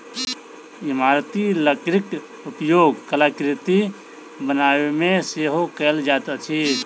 इमारती लकड़ीक उपयोग कलाकृति बनाबयमे सेहो कयल जाइत अछि